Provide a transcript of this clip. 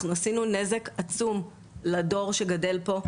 עשינו נזק עצום לדור שגדל פה.